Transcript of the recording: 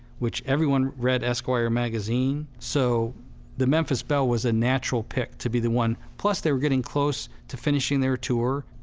which everyone read esquire magazine. so the memphis belle was a natural pick to be the one, plus they were getting close to finishing their tour.